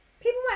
People